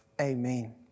Amen